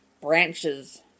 branches